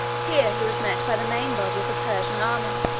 here he was met by the main body of the persian army,